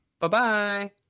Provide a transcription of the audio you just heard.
Bye-bye